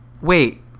wait